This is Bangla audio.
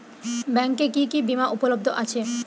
ব্যাংকে কি কি বিমা উপলব্ধ আছে?